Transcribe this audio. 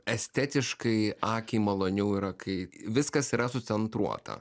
estetiškai akiai maloniau yra kai viskas yra sucentruota